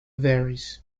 varies